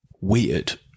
weird